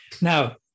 Now